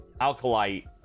Alkalite